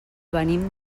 venim